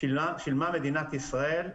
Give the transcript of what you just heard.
שילמה מדינת ישראל.